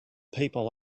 people